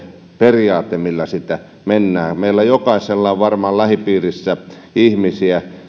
periaate millä sitten mennään meillä jokaisella on varmaan lähipiirissä